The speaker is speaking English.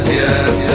yes